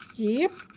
yep.